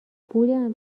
بودم